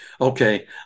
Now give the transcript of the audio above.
okay